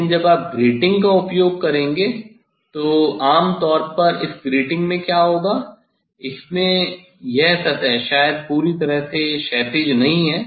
लेकिन जब आप ग्रेटिंग का उपयोग करेंगे तो आमतौर पर इस ग्रेटिंग में क्या होगा इसमें यह सतह शायद पूरी तरह से क्षैतिज नहीं है